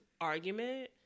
argument